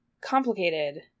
complicated